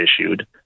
issued